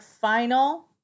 final